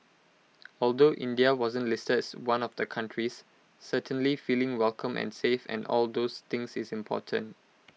although India wasn't listed as one of the countries certainly feeling welcome and safe and all those things is important